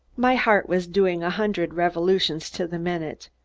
my heart was doing a hundred revolutions to the minute.